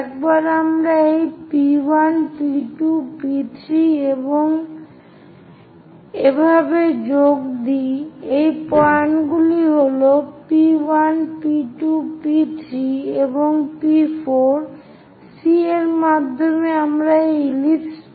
একবার আমরা এই P1 P2 P3 এবং এভাবে যোগ দিই এই পয়েন্টগুলি হল P1 P2 P3 এবং P4 C এর মাধ্যমে আমরা এই ইলিপস পাবো